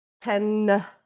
Ten